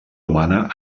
humana